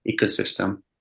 ecosystem